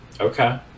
Okay